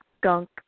Gunk